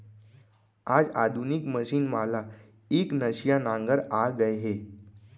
आज आधुनिक मसीन वाला एकनसिया नांगर आ गए हे